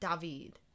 David